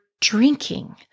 drinking